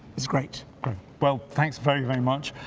it's great! okay well thanks very, very much,